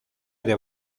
ere